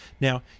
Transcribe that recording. now